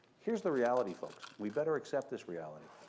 here's the reality, folks. we better accept this reality.